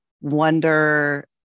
wonder